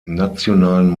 nationalen